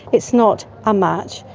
it's not a match,